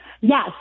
Yes